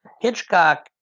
hitchcock